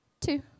two